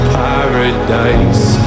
paradise